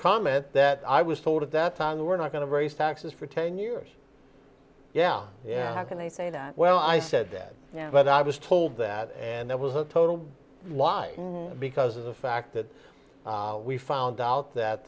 comment that i was told at that time we're not going to raise taxes for ten years yeah yeah how can they say that well i said that but i was told that and that was a total lie because of the fact that we found out that